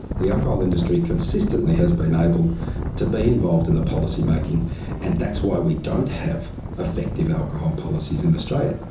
the alcohol industry consistently has been able to be involved in the policy making and that's why we don't have effective alcohol policies in australia.